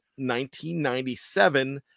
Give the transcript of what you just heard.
1997